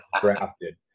drafted